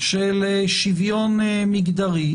של שוויון מגדרי,